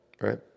right